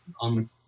on